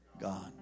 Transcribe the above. God